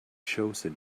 chosen